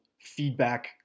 feedback